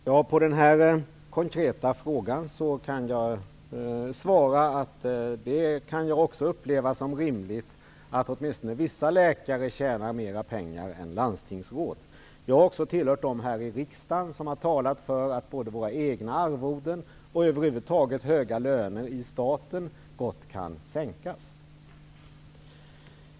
Fru talman! På denna konkreta fråga kan jag svara att jag också upplever det som rimligt att åtminstone vissa läkare tjänar mera pengar än landstingsråd. Jag har också varit en av dem i riksdagen som har talat för att både våra egna arvoden och över huvud taget höga löner i staten gott kan sänkas.